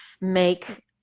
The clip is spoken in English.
make